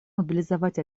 мобилизовать